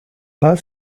pas